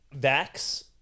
Vax